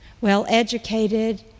well-educated